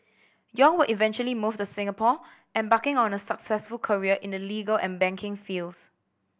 Yong would eventually move to Singapore embarking on a successful career in the legal and banking fields